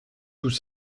tout